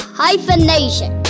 hyphenation